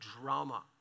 drama